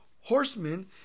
horsemen